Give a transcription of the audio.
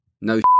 no